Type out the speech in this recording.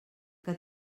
que